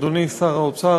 אדוני שר האוצר,